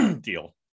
deal